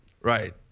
right